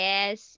Yes